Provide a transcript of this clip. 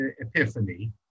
epiphany